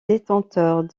détenteurs